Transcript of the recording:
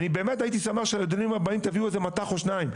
אני באמת הייתי שמח שלדיונים הבאים תביאו איזה מפקד תחנה או שניים,